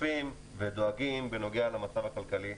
שותפים ודואגים בנוגע למצב הכלכלי,